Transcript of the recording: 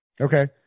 Okay